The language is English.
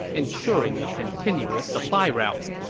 ensuring a continuous supply route.